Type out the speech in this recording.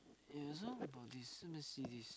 ya so about this Mercedes